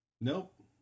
Nope